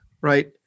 right